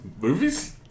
Movies